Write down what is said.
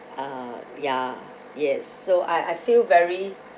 ah ya yes so I I feel very